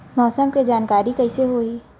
मौसम के जानकारी कइसे होही?